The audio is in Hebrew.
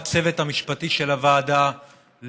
לצוות המשפטי של הוועדה,